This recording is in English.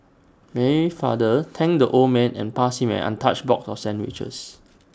Mary's father thanked the old man and passed him an untouched box of sandwiches